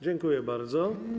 Dziękuję bardzo.